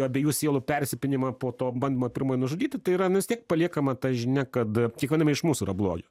abiejų sielų persipynimą po to bandymą pirmojo nužudyti tai yra nu vis tiek paliekama ta žinia kad kiekviename iš mūsų yra blogio